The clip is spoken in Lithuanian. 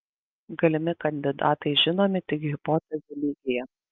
galimi kandidatai žinomi tik hipotezių lygyje